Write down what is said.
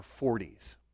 40s